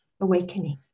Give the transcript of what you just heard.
awakening